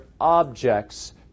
objects